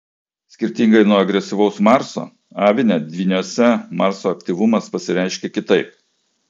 skirtingai nuo agresyvaus marso avine dvyniuose marso aktyvumas pasireiškia kitaip